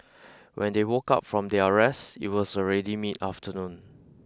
when they woke up from their rest it was already mid afternoon